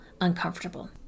uncomfortable